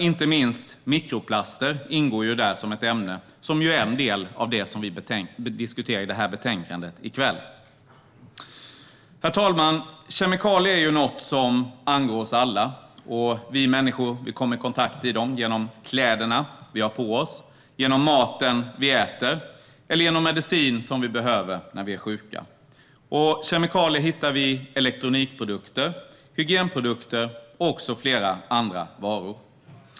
Inte minst mikroplaster ingår där som ett ämne, och detta är ju också en del av det som vi diskuterar här i kväll. Herr talman! Kemikalier är något som angår oss alla. Vi människor kommer i kontakt med dem genom kläderna vi har på oss, genom maten vi äter eller genom medicin som vi behöver när vi är sjuka. Kemikalier hittar vi också i elektronikprodukter, hygienprodukter och flera andra varor.